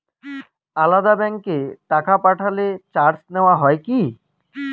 আলাদা ব্যাংকে টাকা পাঠালে চার্জ নেওয়া হয় কি?